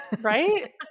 right